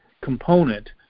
component